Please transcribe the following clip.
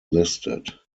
listed